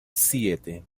siete